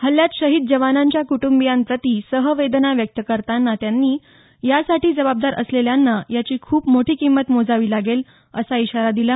हल्ल्यात शहीद जवानांच्या कुटुंबीयांप्रती सह वेदना व्यक्त करताना त्यांनी यासाठी जबाबदार असलेल्यांना याची खूप मोठी किंमत मोजावी लागेल असा इशारा दिला